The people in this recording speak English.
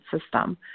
system